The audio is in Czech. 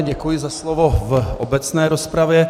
Děkuji za slovo v obecné rozpravě.